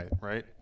right